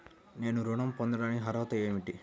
నేను ఋణం పొందటానికి అర్హత ఏమిటి?